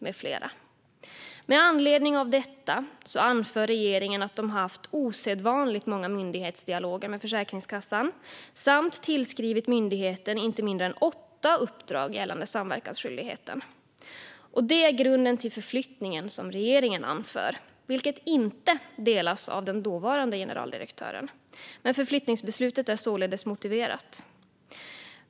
Med anledning av detta anför regeringen att de haft osedvanligt många myndighetsdialoger med Försäkringskassan samt tillskrivit myndigheten inte mindre än åtta uppdrag gällande samverkansskyldigheten. Det är den grund för förflyttningen som regeringen anför och som den dåvarande generaldirektören inte håller med om. Men förflyttningsbeslutet är således motiverat.